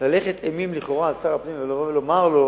להלך אימים לכאורה על שר הפנים, ולבוא ולומר לו